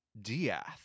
Diath